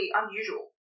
unusual